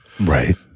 Right